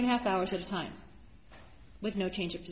and a half hours at a time with no change of